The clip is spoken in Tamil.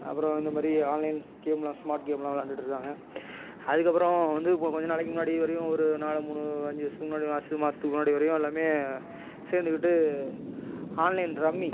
அப்புறம் இந்த மாதிரி ஆன்லைன்ஸ் கேம்லாம் ஸ்மார்ட் கேம்லாம் விளையாண்டுகிட்டு இருக்காங்க அதுக்கப்புறம் வந்து கொஞ்சம் நாளுக்கு முன்னாடி வரையும் ஒரு நாலு மூணு அஞ்சு வருடத்துக்கு முன்னாடி மாதத்துக்கு முன்னாடி வரையும் எல்லாமே சேர்ந்துக்கிட்டு ஆன்லைன் ரம்மி